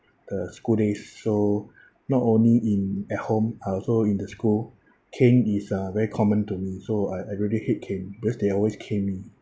the school days so not only in at home uh also in the school cane is uh very common to me so I I really hate cane because they always cane me